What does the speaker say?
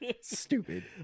Stupid